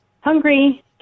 hungry